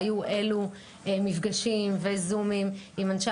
היו אי אלו מפגשים וזומים עם אנשי